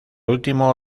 último